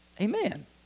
Amen